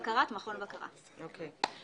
בקרת מכון בקרה." אוקיי,